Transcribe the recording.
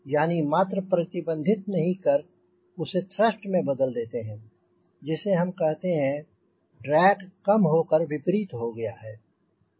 यानी मात्र प्रतिबंधित नहीं कर उसे थ्रस्ट में बदलते हैं जिसे हम कहते हैं कि ड्रैग कम होकर विपरीत हो गया है